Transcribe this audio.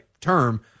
term